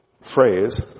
phrase